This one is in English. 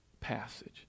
passage